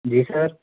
जी sir